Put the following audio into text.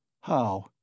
How